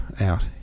out